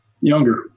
Younger